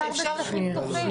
איך אפשר בשטחים פתוחים?